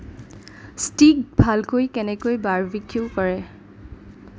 stick ভালকৈ কেনেকৈ barbecue কৰে